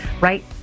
right